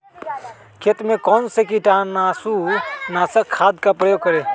खेत में कौन से कीटाणु नाशक खाद का प्रयोग करें?